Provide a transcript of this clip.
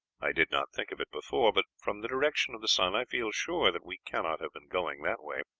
i did not think of it before, but from the direction of the sun i feel sure that we cannot have been going that way.